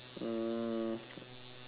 um